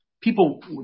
People